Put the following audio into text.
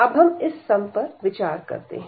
अब हम इस सम पर विचार करते हैं